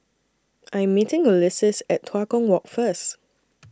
I Am meeting Ulises At Tua Kong Walk First